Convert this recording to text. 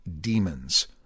demons